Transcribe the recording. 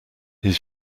his